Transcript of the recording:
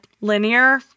linear